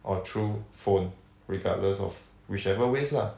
or through phone regardless of whichever ways lah